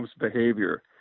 behavior